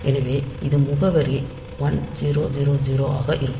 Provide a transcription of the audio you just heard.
எனவே இது முகவரி 1000 ஆக இருக்கும்